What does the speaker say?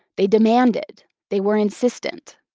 they demanded. they were insistent.